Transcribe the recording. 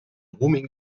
roaming